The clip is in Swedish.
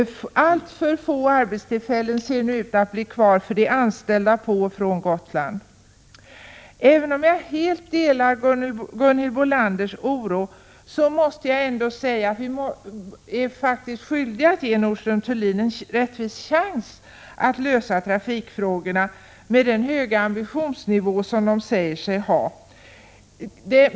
Alltför få arbetstillfällen ser nu ut att bli kvar för de anställda på och från Gotland. Även om jag helt delar Gunhild Bolanders oro måste jag ändå få säga att vi är skyldiga att ge Nordström & Thulin en rättvis chans att lösa trafikproblemen med den höga ambitionsnivå rederiet säger sig ha.